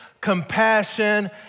compassion